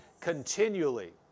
continually